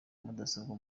mudasobwa